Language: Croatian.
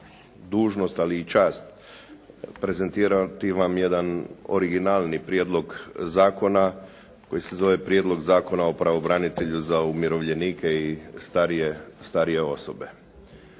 dužnost, ali i čast prezentirati vam jedan originalni prijedlog zakona koji se zove Prijedlog zakona o pravobranitelju za umirovljenike i starije osobe.